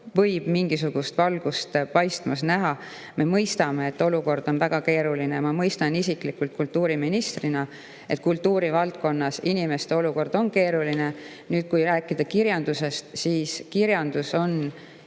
võib mingisugust valgust paistmas näha. Me mõistame, et olukord on väga keeruline. Ma mõistan isiklikult kultuuriministrina, et inimeste olukord kultuurivaldkonnas on keeruline. Kui rääkida kirjandusest, siis kirjandus on